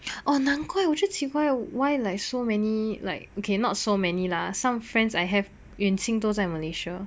orh 难怪我就奇怪 why like so many like okay not so many lah some friends I have in 已经在 Malaysia